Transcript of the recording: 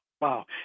Wow